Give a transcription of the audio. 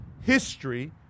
History